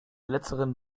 letzteren